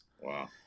wow